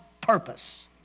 purpose